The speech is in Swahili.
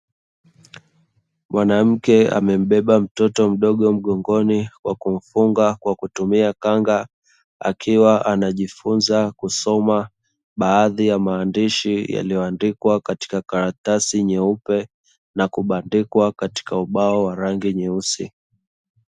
Mwanamke amembeba mtoto mdogo mgongoni wa kumfunga kwa kutumia kanga, akiwa anajifunza kusoma baadhi ya maandishi yaliyoandikwa katika karatasi nyeupe na kubandikwa katika ubao wa rangi nyeusi.